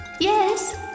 Yes